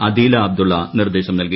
അദീല അബ്ദുള്ള നിർദ്ദേശം നൽകി